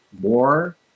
more